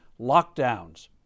lockdowns